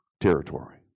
territory